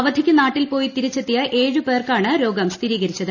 അവധിക്ക് നാട്ടിൽ പോയി തിരിച്ചെത്തിയ ഏഴ് പേർക്കാണ് രോഗം സ്ഥിരീകരിച്ചത്